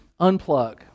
unplug